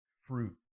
fruit